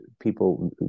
people